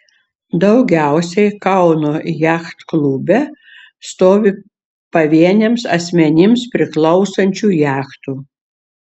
daugiausiai kauno jachtklube stovi pavieniams asmenims priklausančių jachtų